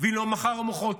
ואם לא מחר אז מוחרתיים.